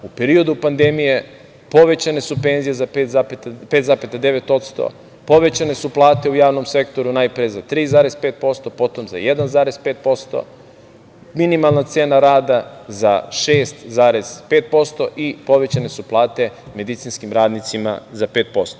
U periodu pandemije, povećane su penzije za 5,9%, povećane su plate u javnom sektoru najpre za 3,5%, potom za 1,5%, minimalna cena rada za 6,5% i povećane su plate medicinskim radnicima za 5%